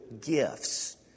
gifts